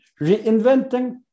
reinventing